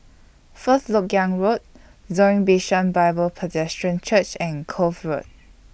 First Lok Yang Road Zion Bishan Bible Presbyterian Church and Kloof Road